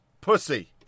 pussy